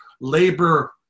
labor